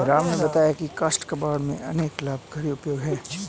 राम ने बताया की काष्ठ कबाड़ के अनेक लाभकारी उपयोग हैं